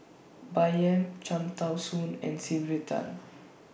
Bai Yan Cham Tao Soon and Sylvia Tan